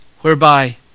whereby